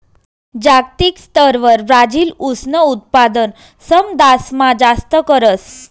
जागतिक स्तरवर ब्राजील ऊसनं उत्पादन समदासमा जास्त करस